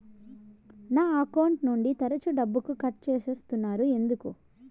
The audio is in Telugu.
నా అకౌంట్ నుండి తరచు డబ్బుకు కట్ సేస్తున్నారు ఎందుకు